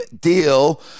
deal